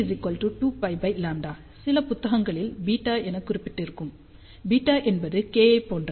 k 2πλ சில புத்தகங்களில் β எனக் குறிப்பிட்டுக்கும் β என்பது k ஐப் போன்றது